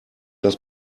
das